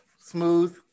Smooth